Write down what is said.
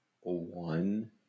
one